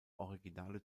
originale